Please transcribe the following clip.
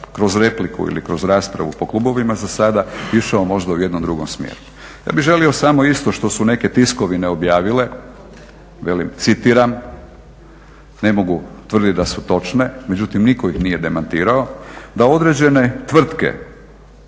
kroz repliku ili kroz raspravu po klubovima za sada išao možda u jednom drugom smjeru. Ja bih želio samo, isto što su neke tiskovine objavile, velim, citiram, ne mogu tvrdit da su točne, međutim nitko ih nije demantirao: "Da određene tvrtke,